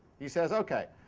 he says okay,